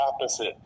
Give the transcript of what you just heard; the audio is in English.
opposite